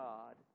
God